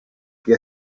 que